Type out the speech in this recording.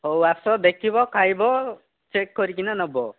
ହଉ ଆସ ଦେଖିବ ଖାଇବ ଚେକ୍ କରିକିନା ନବ